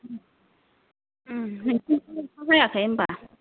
नोंसिनिथिं अखा हायाखै होमबा